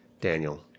Daniel